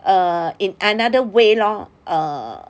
err in another way lor err